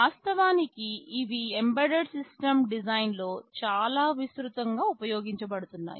వాస్తవానికి ఇవి embedded system డిజైన్లో చాలా విస్తృతంగా ఉపయోగించబడుతున్నాయి